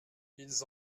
ils